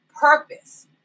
purpose